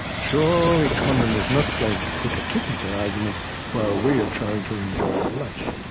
surely conlon is not going to put a technical argument while we are trying to enjoy our lunch.